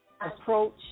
approach